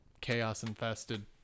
chaos-infested